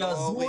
לא ההורים.